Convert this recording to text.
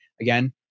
Again